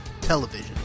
television